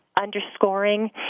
underscoring